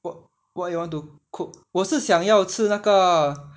what you want to cook 我是想要吃那个